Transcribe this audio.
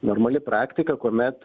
normali praktika kuomet